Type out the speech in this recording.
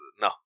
No